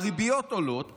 הריביות עולות,